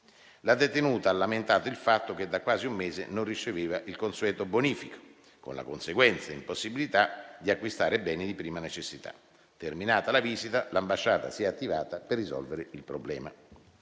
La detenuta ha lamentato il fatto che da quasi un mese non riceveva il consueto bonifico, con la conseguenza impossibilità di acquistare beni di prima necessità. Terminata la visita, l'ambasciata si è attivata per risolvere il problema.